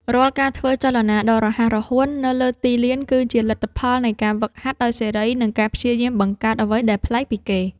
រាល់ការធ្វើចលនាដ៏រហ័សរហួននៅលើទីលាន គឺជាលទ្ធផលនៃការហ្វឹកហាត់ដោយសេរី និងការព្យាយាមបង្កើតអ្វីដែលប្លែកពីគេ។